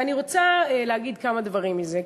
ואני רוצה להגיד כמה דברים על זה.